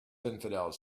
infidels